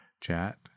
chat